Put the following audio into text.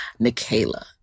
Nikayla